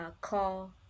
call